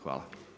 Hvala.